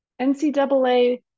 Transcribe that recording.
NCAA